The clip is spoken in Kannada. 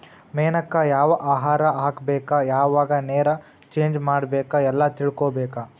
ಮೇನಕ್ಕ ಯಾವ ಆಹಾರಾ ಹಾಕ್ಬೇಕ ಯಾವಾಗ ನೇರ ಚೇಂಜ್ ಮಾಡಬೇಕ ಎಲ್ಲಾ ತಿಳಕೊಬೇಕ